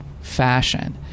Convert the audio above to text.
fashion